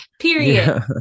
period